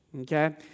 okay